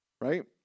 right